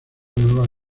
nuevas